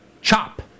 CHOP